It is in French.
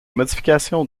modifications